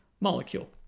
molecule